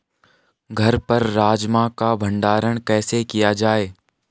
घर पर राजमा का भण्डारण कैसे किया जाय?